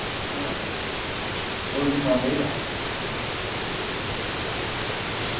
हां होर किश समान चाहिदा